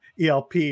elp